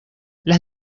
las